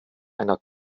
einer